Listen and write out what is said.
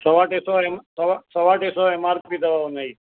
सवा ट्रे सौ एम सवा टे सौ एम आर पी अथव हुननिजी